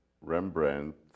Rembrandt